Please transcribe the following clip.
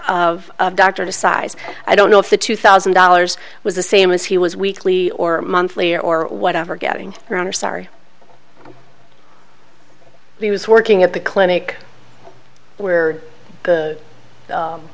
of a doctor to size i don't know if the two thousand dollars was the same as he was weekly or monthly or whatever getting around or sorry he was working at the clinic where the